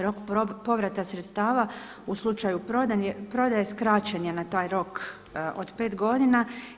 Rok povrata sredstava u slučaju prodaje skraćen je na taj rok od 5 godina.